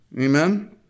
amen